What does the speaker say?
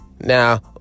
Now